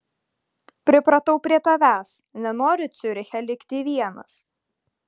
pripratau prie tavęs nenoriu ciuriche likti vienas